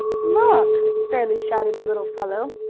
look! fairly shouted the little fellow.